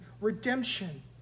redemption